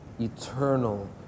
eternal